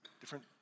different